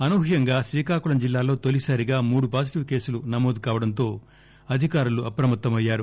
అనూహ్యంగా శ్రీకాకుళం జిల్లాలో తొలిసారిగా మూడు పాజిటివ్ కేసులు నమోదు కావడంతో అధికారులు అప్రమత్తమయ్యారు